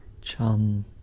Chum